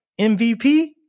MVP